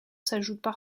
s’ajoutent